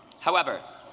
however,